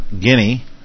Guinea